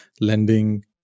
lending